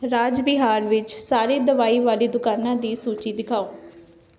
ਰਾਜ ਬਿਹਾਰ ਵਿੱਚ ਸਾਰੀ ਦਵਾਈ ਵਾਲੀ ਦੁਕਾਨਾਂ ਦੀ ਸੂਚੀ ਦਿਖਾਓ